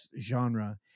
genre